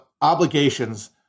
obligations